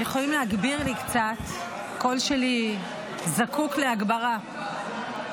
אנחנו נעבור להצעת חוק-יסוד: הממשלה (תיקון,